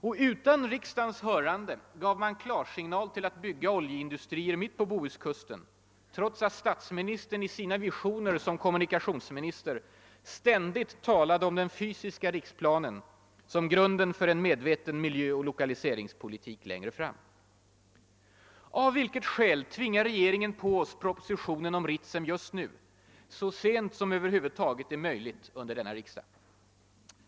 Och utan riksdagens hörande gav man klarsignal till att bygga oljeindustrier mitt på Bohuskusten, trots att statsministern i sina visioner som kommunikationsminister ständigt talade om den fysiska riksplanen som grunden för en medveten miljöoch lokaliseringspolitik längre fram. Av vilket skäl tvingar regeringen på oss propositionen om Ritsem just nu, så sent som över huvud taget är möjligt under denna riksdag?